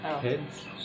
Kids